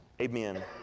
Amen